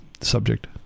subject